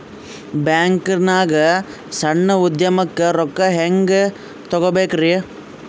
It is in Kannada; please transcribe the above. ಬ್ಯಾಂಕ್ನಾಗ ಸಣ್ಣ ಉದ್ಯಮಕ್ಕೆ ರೊಕ್ಕ ಹೆಂಗೆ ತಗೋಬೇಕ್ರಿ?